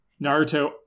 naruto